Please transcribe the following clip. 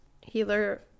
Healer